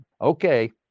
okay